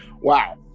wow